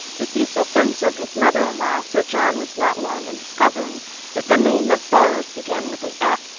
with the assistance of his mother-in-law, sir john was not long in discovering that the name of ferrars began with an f.